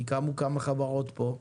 כי קמו כמה חברות פה,